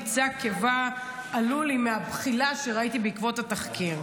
מיצי הקיבה עלו לי מהבחילה בעקבות התחקיר.